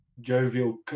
Jovial